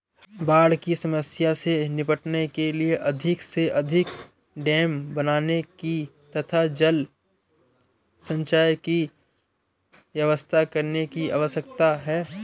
बाढ़ की समस्या से निपटने के लिए अधिक से अधिक डेम बनाने की तथा जल संचय की व्यवस्था करने की आवश्यकता है